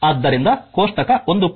ಆದ್ದರಿಂದ ಕೋಷ್ಟಕ 1